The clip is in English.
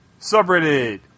Subreddit